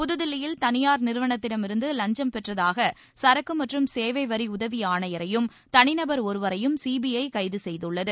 புது தில்லியில் தனியார் நிறுவனத்திடமிருந்து லஞ்சும் பெற்றதாக சரக்கு மற்றும் சேவை வரி உதவி ஆணையரையும் தனிநபர் ஒருவரையும் சிபிஐ கைது செய்துள்ளது